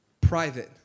private